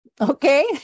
Okay